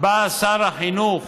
בא שר החינוך